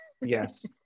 Yes